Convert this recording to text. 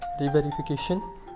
re-verification